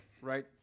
Right